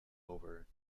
over